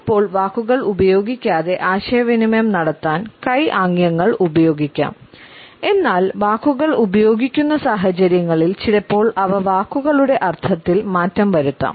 ചിലപ്പോൾ വാക്കുകൾ ഉപയോഗിക്കാതെ ആശയവിനിമയം നടത്താൻ കൈ ആംഗ്യങ്ങൾ ഉപയോഗിക്കാം എന്നാൽ വാക്കുകൾ ഉപയോഗിക്കുന്ന സാഹചര്യങ്ങളിൽ ചിലപ്പോൾ അവ വാക്കുകളുടെ അർത്ഥത്തിൽ മാറ്റം വരുത്താം